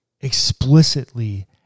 explicitly